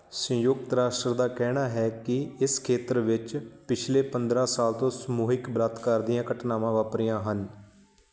ਸੰਯੁਕਤ ਰਾਸ਼ਟਰ ਦਾ ਕਹਿਣਾ ਹੈ ਕਿ ਇਸ ਖੇਤਰ ਵਿੱਚ ਪਿਛਲੇ ਪੰਦਰਾਂ ਸਾਲਾਂ ਤੋਂ ਸਮੂਹਿਕ ਬਲਾਤਕਾਰ ਦੀਆਂ ਘਟਨਾਵਾਂ ਵਾਪਰੀਆਂ ਹਨ